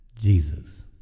Jesus